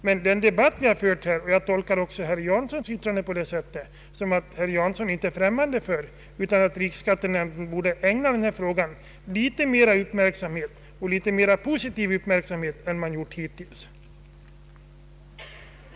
Men den debatt vi här har fört — och jag tolkar även herr Paul Janssons yttrande på det sättet — innebär att riksskattenämnden bör ägna denna fråga betydligt mer positiv uppmärksamhet än den hittills gjort.